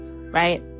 right